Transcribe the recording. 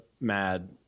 mad